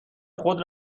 خود